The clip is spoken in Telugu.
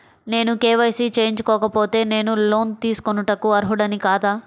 నేను కే.వై.సి చేయించుకోకపోతే నేను లోన్ తీసుకొనుటకు అర్హుడని కాదా?